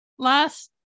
Last